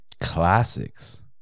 classics